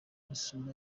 isura